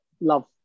love